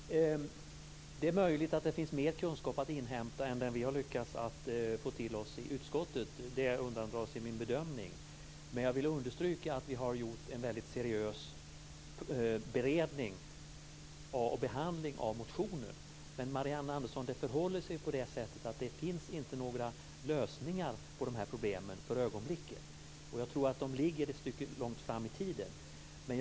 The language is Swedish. Fru talman! Det är möjligt att det finns mer kunskap att inhämta än den som vi i utskottet har lyckats att ta till oss. Det undandrar sig min bedömning. Men jag vill understryka att vi har haft en väldigt seriös beredning och behandling av motionerna. Men, Marianne Andersson, det finns inte några lösningar på dessa problem för ögonblicket. Jag tror att de ligger ett stycke framåt i tiden.